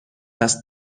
است